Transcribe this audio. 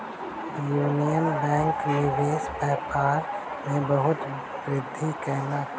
union Bank निवेश व्यापार में बहुत वृद्धि कयलक